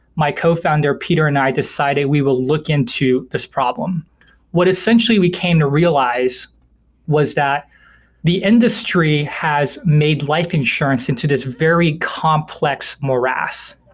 my co-founder, peter and i decided we will look into this problem what essentially we came to realize was that the industry has made life insurance into this very complex morass.